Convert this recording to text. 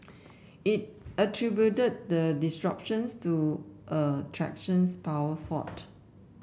it attributed the disruptions to a traction power fault